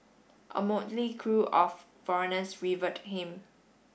a motley crew of foreigners revered him